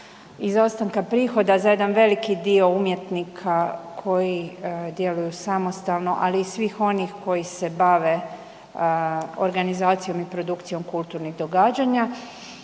izostanka prihoda za jedan veliki dio umjetnika koji djeluju samostalno, ali i svih onih koji se bave organizacijom i produkcijom kulturnih događanja.